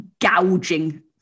gouging